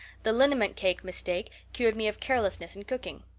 the liniment cake mistake cured me of carelessness in cooking.